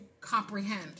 comprehend